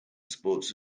sports